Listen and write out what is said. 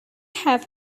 have